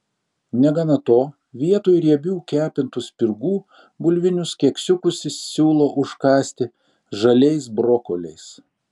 negana to vietoj riebių kepintų spirgų bulvinius keksiukus jis siūlo užkąsti žaliais brokoliais